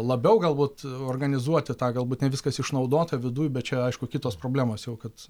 labiau galbūt organizuoti tą galbūt ne viskas išnaudota viduj bet čia aišku kitos problemos kad